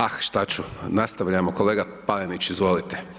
A šta ću, nastavljamo kolega Panenić, izvolite.